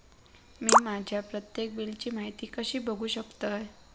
मी माझ्या प्रत्येक बिलची माहिती कशी बघू शकतय?